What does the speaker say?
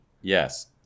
Yes